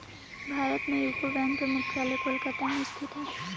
भारत में UCO bank के मुख्यालय कोलकाता में स्थित हइ